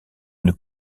une